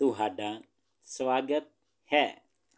ਤੁਹਾਡਾ ਸਵਾਗਤ ਹੈ